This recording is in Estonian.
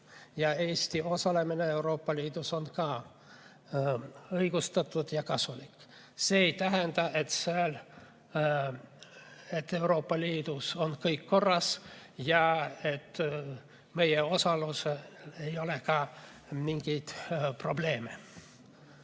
ja Eesti osalemine Euroopa Liidus on ka õigustatud ja kasulik. See ei tähenda, et seal Euroopa Liidus on kõik korras ja et meie osalusel ei ole ka mingeid probleeme. Enne,